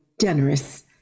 generous